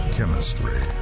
Chemistry